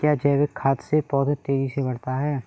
क्या जैविक खाद से पौधा तेजी से बढ़ता है?